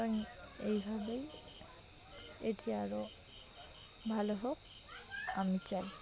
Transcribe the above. তো এইভাবেই এটি আরও ভালো হোক আমি চাই